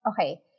Okay